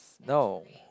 no